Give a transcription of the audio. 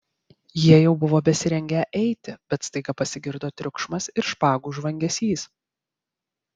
jie jau buvo besirengią eiti bet staiga pasigirdo triukšmas ir špagų žvangesys